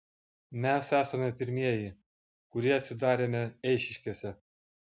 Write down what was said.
mes esame pirmieji kurie atsidarėme eišiškėse